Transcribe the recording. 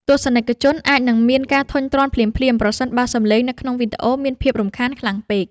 ទស្សនិកជនអាចនឹងមានការធុញទ្រាន់ភ្លាមៗប្រសិនបើសំឡេងនៅក្នុងវីដេអូមានភាពរំខានខ្លាំងពេក។